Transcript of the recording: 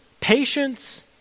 patience